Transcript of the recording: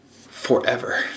forever